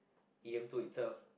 E_M-two itself